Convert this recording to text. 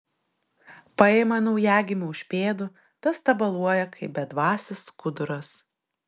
paima naujagimį už pėdų tas tabaluoja kaip bedvasis skuduras